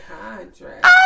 contract